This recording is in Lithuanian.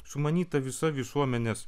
sumanyta visa visuomenės